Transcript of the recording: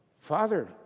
Father